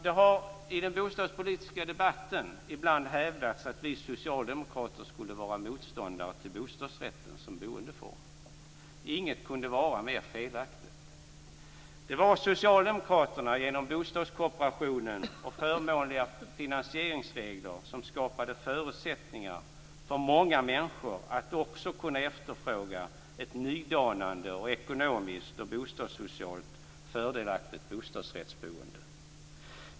Det har i den bostadspolitiska debatten ibland hävdats att vi socialdemokrater skulle vara motståndare till bostadsrätter som boendeform. Inget kunde vara mer felaktigt. Det var socialdemokraterna som genom bostadskooperationen och förmånliga finansieringsregler skapade förutsättningar för många människor att också kunna efterfråga ett nydanande, ekonomiskt och bostadssocialt fördelaktigt bostadsrättsboende.